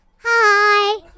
Hi